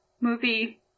movie